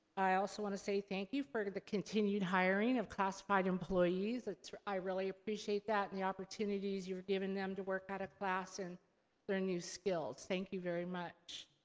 i also wanna say thank you for the continued hiring of classified employees. ah i really appreciate that, and the opportunities you are giving them to work out of class and learn new skills. thank you very much.